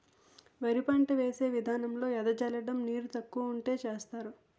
వరి పంట వేసే విదానంలో ఎద జల్లడం నీరు తక్కువ వుంటే సేస్తరు